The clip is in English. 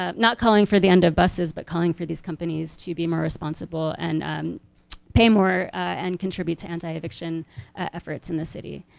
um not calling for the end of buses but calling for these companies to be more responsible and pay more and contribute to anti-eviction efforts in the city.